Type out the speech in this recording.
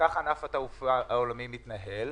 כך ענף התעופה העולמי מתנהל,